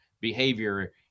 behavior